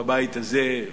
בבית הזה,